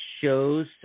shows